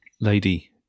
lady